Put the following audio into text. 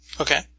Okay